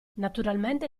naturalmente